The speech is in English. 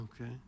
Okay